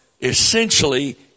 essentially